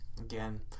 Again